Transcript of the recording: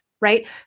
Right